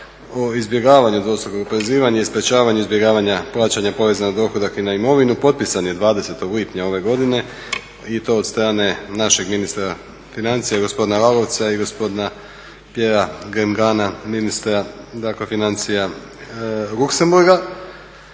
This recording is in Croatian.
o izbjegavanju dvostrukog oporezivanja i sprječavanju izbjegavanja plaćanja poreza na dohodak i na imovinu potpisan je 20. lipnja ove godine i to od strane našeg ministra financija gospodina Lalovca i gospodina Pierre Gramegna ministra financija Luxemburga.